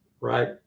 right